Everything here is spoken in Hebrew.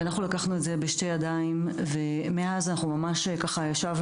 אנחנו לקחנו את זה בשתי ידיים ומאז אנחנו ממש ישבנו,